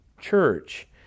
church